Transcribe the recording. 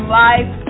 life